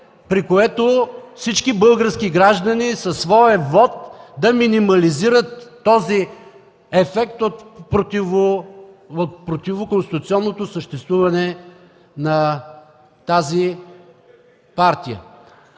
при което всички български граждани със своя вот да минимализират този ефект от противоконституционното съществуване на тази партия.